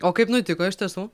o kaip nutiko iš tiesų